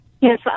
Yes